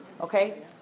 Okay